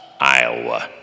Iowa